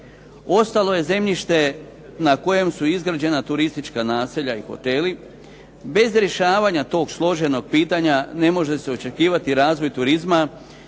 Ostalo je zemljište na kojem su izgrađena turistička naselja i hoteli bez rješavanja toga složenog pitanja ne može se očekivati razvoj turizma,